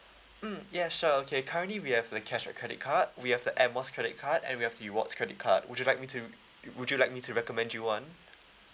mm yeah sure okay currently we have the cashback credit card we have the air miles credit card and we have rewards credit card would you like me to would you like me to recommend you one